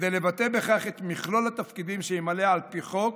כדי לבטא בכך את מכלול התפקידים שימלא על פי חוק.